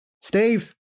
Steve